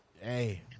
hey